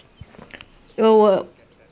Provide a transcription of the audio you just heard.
err 我